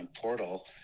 portal